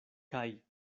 kaj